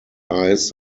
eyes